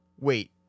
Wait